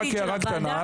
רק הערה קטנה,